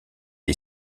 est